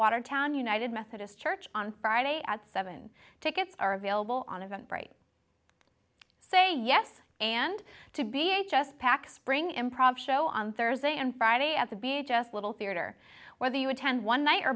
watertown united methodist church on friday at seven tickets are available on isn't great say yes and to be a just pack spring improv show on thursday and friday at the be a just little theater whether you attend one night or